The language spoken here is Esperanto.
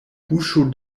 buŝo